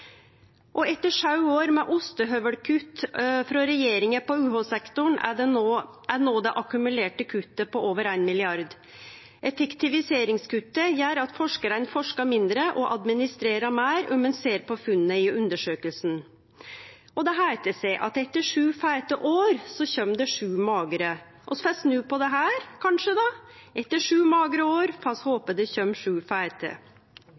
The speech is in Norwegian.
Etter sju år med ostehøvelkutt frå regjeringa på UH-sektoren er no det akkumulerte kuttet på over 1 mrd. kr. Effektiviseringskuttet gjer at forskarane forskar mindre og administrerer meir, om ein ser på funnet i undersøkinga. Det heiter seg at etter sju feite år kjem det sju magre. Vi får snu på det, kanskje: Etter sju magre år